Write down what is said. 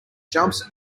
jumps